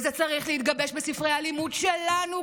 וזה צריך להתגבש גם בספרי הלימוד שלנו,